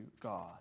God